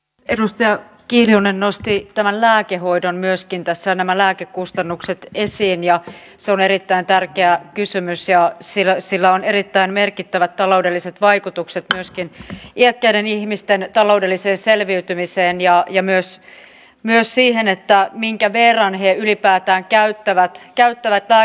edustaja kiljunen nosti tämän lääkehoidon nämä lääkekustannukset myöskin tässä esiin ja se on erittäin tärkeä kysymys ja sillä on erittäin merkittävät taloudelliset vaikutukset myöskin iäkkäiden ihmisten taloudelliseen selviytymiseen ja myös siihen minkä verran he ylipäätään käyttävät lääkkeitä